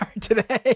today